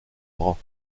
bras